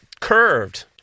curved